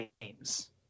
games